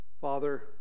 Father